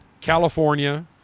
California